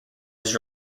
his